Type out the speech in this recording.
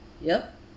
yup